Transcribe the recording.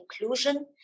inclusion